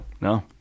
No